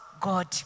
God